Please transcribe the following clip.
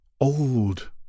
Old